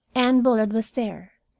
anne bullard was there,